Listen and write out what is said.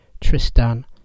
Tristan